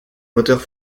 moteurs